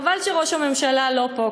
חבל שראש הממשלה איננו פה,